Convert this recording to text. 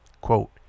Quote